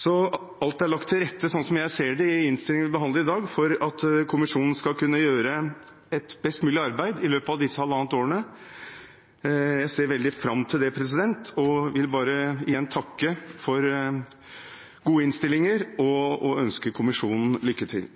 ser det, er alt lagt til rette i innstillingen vi behandler i dag for at kommisjonen skal kunne gjøre et best mulig arbeid i løpet av dette halvannet året. Jeg ser veldig fram til det, og vil bare igjen takke for gode innstillinger og ønske kommisjonen lykke til.